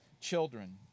children